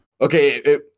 Okay